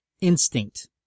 instinct